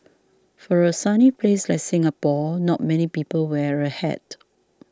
for a sunny place like Singapore not many people wear a hat